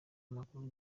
amakuru